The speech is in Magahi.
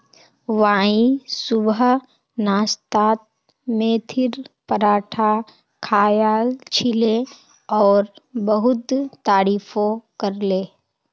वाई सुबह नाश्तात मेथीर पराठा खायाल छिले और बहुत तारीफो करले